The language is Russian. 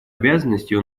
обязанностей